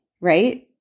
right